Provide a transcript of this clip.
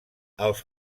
els